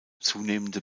zunehmende